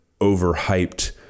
overhyped